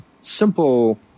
simple